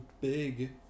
big